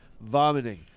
vomiting